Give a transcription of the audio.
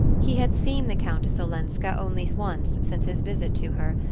he had seen the countess olenska only once since his visit to her,